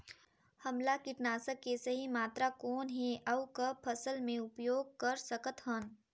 हमला कीटनाशक के सही मात्रा कौन हे अउ कब फसल मे उपयोग कर सकत हन?